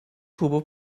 turbo